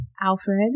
Alfred